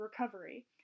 recovery